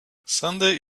sunday